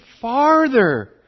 farther